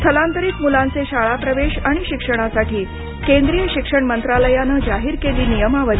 स्थलांतरित मुलांचे शाळा प्रवेश आणि शिक्षणासाठी केंद्रीय शिक्षण मंत्रालयानं जाहीर केली नियमावली